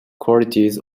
qualities